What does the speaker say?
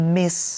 miss